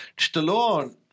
Stallone